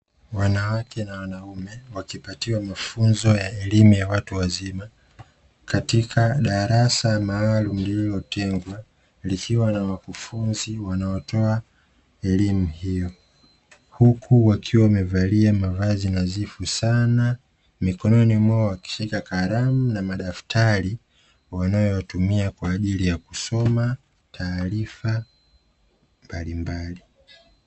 Wanawake na wanaume wakipatiwa mafunzo ya elimu ya watu wazima katika darasa maalumu lililotengwa, likiwa na wakufunzi wanaotoa elimu hiyo. Huku wakiwa wamevalia mavazi nadhifu sana, mikononi mwao washika kalamu na madaftari wanayotumia kwa ajili ya kusoma taarifa mbalimbali.